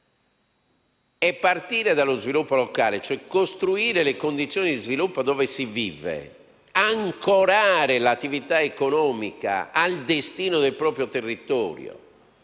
Partire dallo sviluppo locale, cioè costruire le condizioni di sviluppo dove si vive e ancorare l'attività economica al destino del proprio territorio,